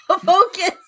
focus